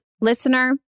listener